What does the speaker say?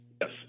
Yes